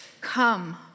Come